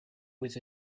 was